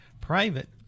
private